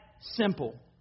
simple